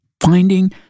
Finding